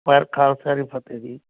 ਵਾਹਿਗੁਰੂ ਖ਼ਾਲਸਾ ਜੀ ਫਤਹਿ ਜੀ